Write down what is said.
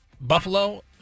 Buffalo